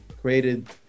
created